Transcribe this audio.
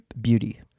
beauty